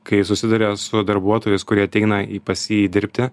kai susiduria su darbuotojais kurie ateina į pas jį dirbti